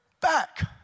back